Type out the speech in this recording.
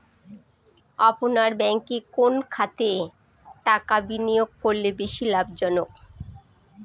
আপনার ব্যাংকে কোন খাতে টাকা বিনিয়োগ করলে বেশি লাভজনক?